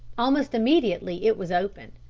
almost immediately it was opened.